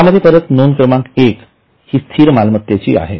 यामध्ये परत नोंद क्रमांक एक हि स्थिर मालमत्तेची आहे